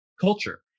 culture